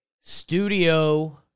studio